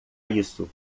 isso